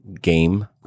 game